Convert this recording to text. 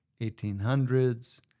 1800s